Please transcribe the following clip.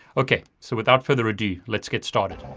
okay, so without further ado, let's get started. um